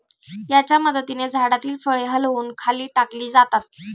याच्या मदतीने झाडातील फळे हलवून खाली टाकली जातात